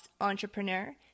entrepreneur